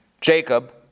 Jacob